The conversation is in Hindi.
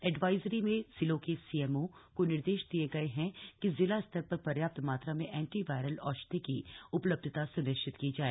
एडवाइजरी में जिलों के सीएमओ को निर्देश दिए गए कि जिला स्तर पर पर्याप्त मात्रा में एंटी वायरल औषधि की उपलब्धता सुनिश्चित की जाए